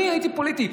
אני הייתי פוליטי.